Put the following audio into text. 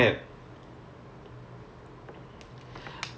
not like கடைசிலலே நீ போய்:kadaisilae ni poi then you need to do like excel